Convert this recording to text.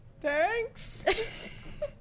Thanks